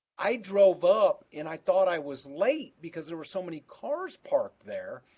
i drove up and i thought i was late, because there were so many cars parked there,